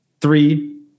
three